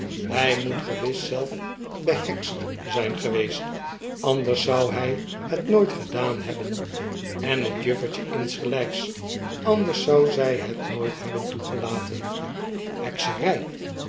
hij moet gewis zelf behekst zijn geweest anders zou hy het nooit gedaan hebben en het juffertje insgelyks anders zou zij het nooit hebben toegelaten hekserij